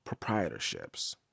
proprietorships